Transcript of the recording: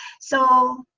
so